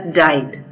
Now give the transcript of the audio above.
died